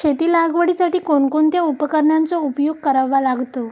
शेती लागवडीसाठी कोणकोणत्या उपकरणांचा उपयोग करावा लागतो?